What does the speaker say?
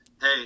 hey